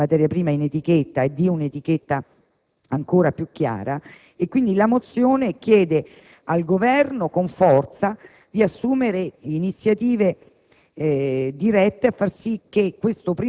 dell'indicazione dell'origine della materia prima in etichetta e di un'etichetta ancora più chiara. Con tale mozione, si chiede con forza al Governo di assumere iniziative